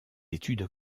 études